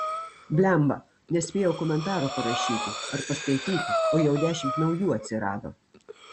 blemba nespėjau komentaro parašyti ar paskaityti o jau dešimt naujų atsirado